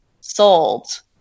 sold